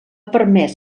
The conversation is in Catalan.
permès